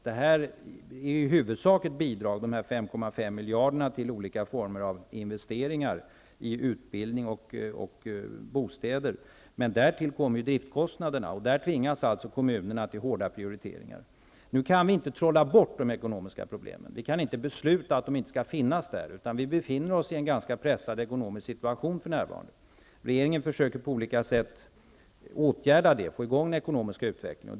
De 5,5 miljarderna är i huvudsak ett bidrag till olika former av investeringar i utbildning och bostäder. Men därtill kommer driftskostnaderna. Där tvingas kommunerna till hårda prioriteringar. Vi kan inte trolla bort de ekonomiska problemen. Vi kan inte besluta att de inte skall finnas där. Vi befinner oss i en ganska pressad ekonomisk situation för närvarande. Regeringen försöker på olika sätt att få i gång den ekonomiska utvecklingen.